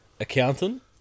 Accountant